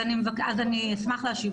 אני אשמח להשיב.